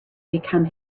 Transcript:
become